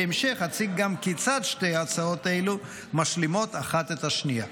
בהמשך אציג גם כיצד שתי הצעות אלו משלימות אחת את השנייה.